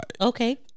okay